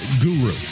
Guru